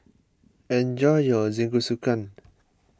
enjoy your Jingisukan